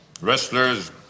wrestlers